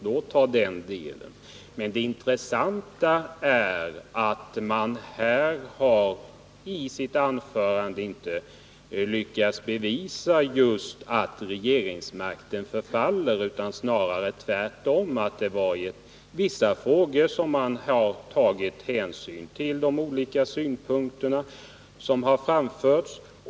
Men det intressanta här är att Hilding Johansson i sitt anförande inte har lyckats bevisa riktigheten av sitt påstående att regeringsmakten förfaller, utan det framgick snarare tvärtom att regeringen fått träda tillbaka bara i några få frågor och att man där tagit hänsyn till de olika synpunkter som framförts.